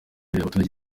y’abaturage